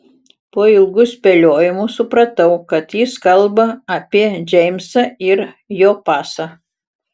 po ilgų spėliojimų supratau kad jis kalba apie džeimsą ir jo pasą